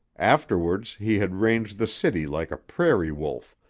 afterwards he had ranged the city like a prairie wolf,